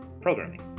Programming